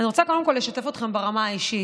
אני רוצה קודם כול לשתף אתכם ברמה האישית.